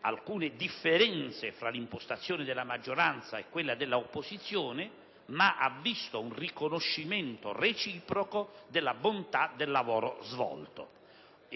alcune differenze tra l'impostazione della maggioranza e quella dell'opposizione, ma ha visto anche un riconoscimento reciproco della bontà del lavoro svolto.